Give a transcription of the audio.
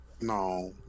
No